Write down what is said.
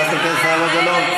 חברת הכנסת זהבה גלאון.